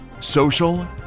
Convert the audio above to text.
Social